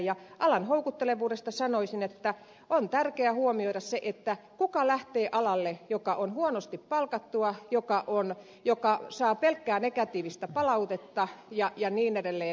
ja alan houkuttelevuudesta sanoisin että on tärkeä huomioida se kuka lähtee alalle joka on huonosti palkattua joka saa pelkkää negatiivista palautetta ja niin edelleen